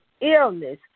illness